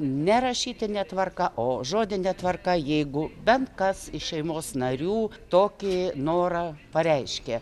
ne rašytine tvarka o žodine tvarka jeigu bent kas iš šeimos narių tokį norą pareiškė